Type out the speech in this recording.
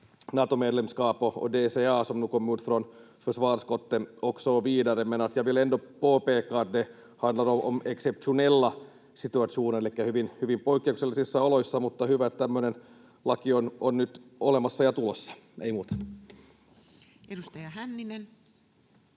Natomedlemskap och DCA, som nu kom ut från försvarsutskottet, och så vidare, men jag vill ändå påpeka att det handlar om exceptionella situationer. Elikkä kyse on hyvin poikkeuksellisista oloista, mutta hyvä, että tämmöinen laki on nyt olemassa ja tulossa. — Ei muuta. [Speech